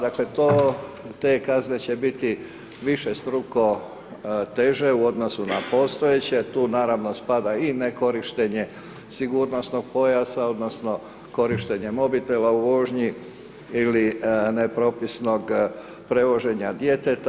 Dakle, to, te kazne će biti višestruko teže u odnosu na postojeće, tu naravno, spada i nekorištenje sigurnosnog pojasa, odnosno, korištenje mobitela u vožnji, ili nepropisnog prevoženja djeteta.